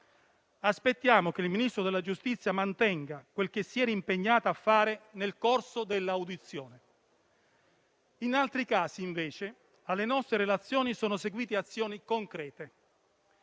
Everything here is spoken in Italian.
Aspettiamo che il Ministro della giustizia mantenga quel che si era impegnato a fare nel corso dell'audizione. In altri casi, invece, alle nostre relazioni sono seguite azioni concrete.